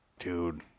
Dude